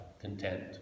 content